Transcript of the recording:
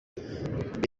imbere